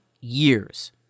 years